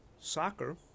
Soccer